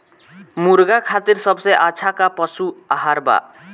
मुर्गा खातिर सबसे अच्छा का पशु आहार बा?